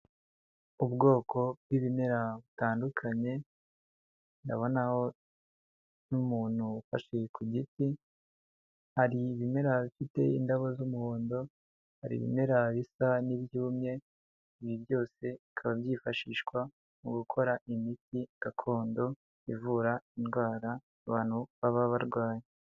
Ubwoko bw'ibimera butandukanye ndabonaho n'umuntu ufashe ku giti, hari ibimera bifite indabo z'umuhondo, hari ibimera bisa n'ibyumye, ibi byose bikaba byifashishwa mu gukora imiti gakondo ivura indwara abantu baba barwaye.